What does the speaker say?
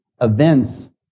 events